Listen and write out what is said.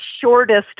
shortest